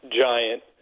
giant